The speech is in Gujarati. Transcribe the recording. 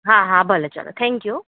હા હા ભલે ચાલો થેન્ક્યુ